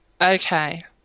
Okay